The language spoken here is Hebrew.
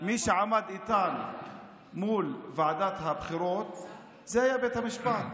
מי שעמד איתן מול ועדת הבחירות היה בית המשפט.